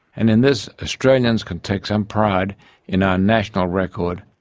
and in this australians can take some pride in our national record,